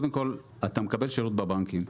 קודם כל אתה מקבל שירות בבנקים,